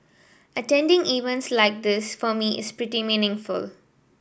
attending events like this for me is pretty meaningful